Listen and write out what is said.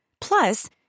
Plus